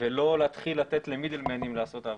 ולא להתחיל לתת למידל-מנים לעשות את העבודה.